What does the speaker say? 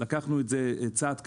לקחנו את זה צעד קדימה,